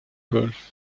gulf